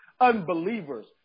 unbelievers